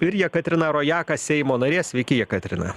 ir jekaterina rojaka seimo narė sveiki jekaterina